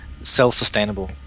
self-sustainable